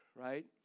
right